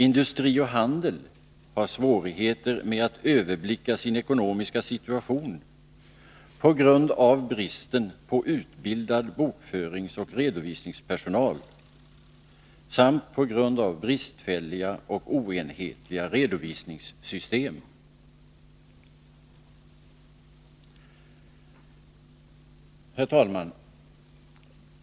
Industri och handel har svårigheter med att överblicka sin ekonomiska situation på grund av bristen på utbildad bokföringsoch redovisningspersonal samt på grund av bristfälliga och oenhetliga redovisningssystem. Herr talman!